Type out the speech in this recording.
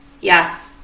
Yes